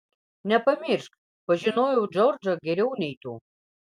nepamiršk pažinojau džordžą geriau nei tu